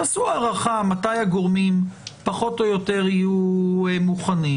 תעשו הערכה מתי הגורמים פחות או יותר יהיו מוכנים.